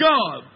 God